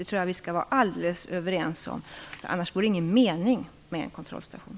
Det tror jag att vi skall vara helt överens om, annars är det ingen mening med en kontrollstation.